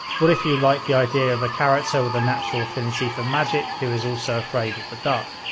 what if you like the idea of a character with a natural affinity for magick, who is also afraid of the dark?